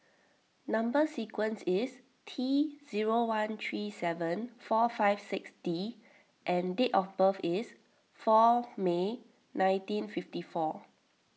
Number Sequence is T zero one three seven four five six D and date of birth is four May nineteen fifty four